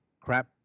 crap